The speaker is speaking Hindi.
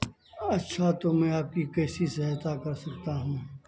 अच्छा तो मैं आपकी कैसी सहायता कर सकता हूँ